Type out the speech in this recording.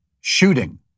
shooting